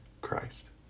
Christ